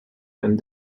and